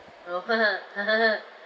orh